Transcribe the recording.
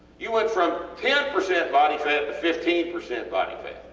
you went from ten percent body fat fifteen percent body fat,